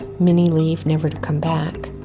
many leave never to come back.